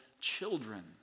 children